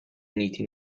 uniti